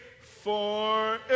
forever